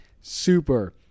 super